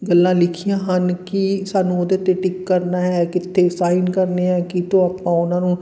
ਗੱਲਾਂ ਲਿਖੀਆਂ ਹਨ ਕਿ ਸਾਨੂੰ ਉਹਦੇ 'ਤੇ ਟਿਕ ਕਰਨਾ ਹੈ ਕਿੱਥੇ ਸਾਈਨ ਕਰਨੇ ਹੈ ਕਿੱਥੋਂ ਆਪਾਂ ਉਹਨਾਂ ਨੂੰ